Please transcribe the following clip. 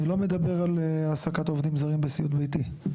אני לא מדבר על העסקת עובדים זרים בסיעוד ביתי.